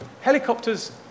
Helicopters